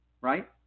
right